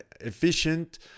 efficient